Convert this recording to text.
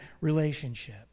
relationship